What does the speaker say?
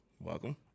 Welcome